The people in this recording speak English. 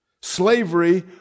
Slavery